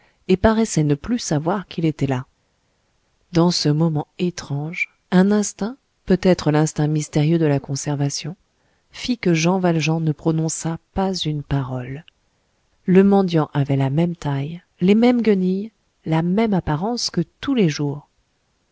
et paraissait ne plus savoir qu'il était là dans ce moment étrange un instinct peut-être l'instinct mystérieux de la conservation fit que jean valjean ne prononça pas une parole le mendiant avait la même taille les mêmes guenilles la même apparence que tous les jours